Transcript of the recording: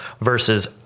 versus